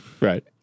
right